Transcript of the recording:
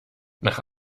nach